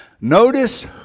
Notice